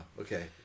okay